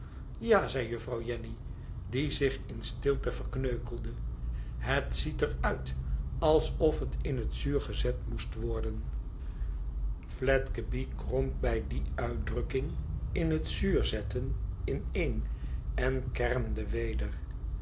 ija zei juffrouw jenny die zich in stilte verkneukelde het ziet er uit alsof het in het zuur gezet moest worden fledgeby kromp bij die uitdrukking in het zuur zetten ineen en kermde weder